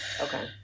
Okay